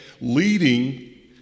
leading